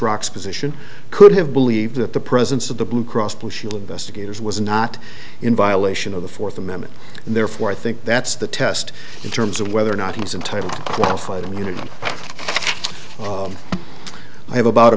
shock's position could have believed that the presence of the blue cross blue shield investigators was not in violation of the fourth amendment and therefore i think that's the test in terms of whether or not he is entitled qualified immunity and i have about a